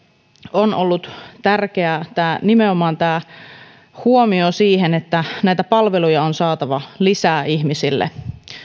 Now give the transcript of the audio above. on ollut tärkeää kohdistaa huomio nimenomaan siihen että ihmisille on saatava lisää näitä palveluja